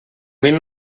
mil